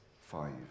Five